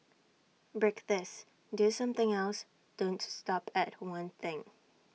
break this do something else don't stop at one thing